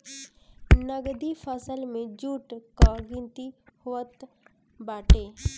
नगदी फसल में जुट कअ गिनती होत बाटे